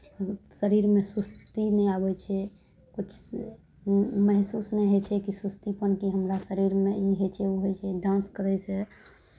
शरीरमे सुस्ती नहि आबै छै किछु महसूस नहि होइ छै कि सुस्तीपन कि हमरा शरीरमे ई होइ छै ओ होइ छै डांस करयसँ